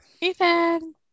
Ethan